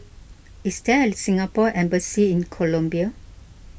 is there a Singapore Embassy in Colombia